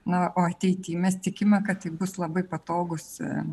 na o ateity mes tikime kad tai bus labai patogus